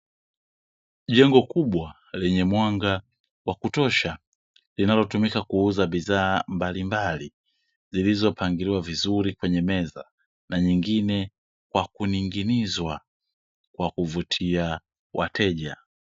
Jengo kubwa lenye mwanga wa kutosha linalotumika kuuza bidhaa mbalimbali zilizopangiliwa vizuri kwenye meza, na nyingine kwa kuning'inizwa kwa kuvutia wateja.